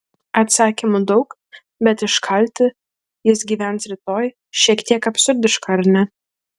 atsakymų daug bet iškalti jis gyvens rytoj šiek tiek absurdiška ar ne